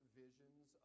visions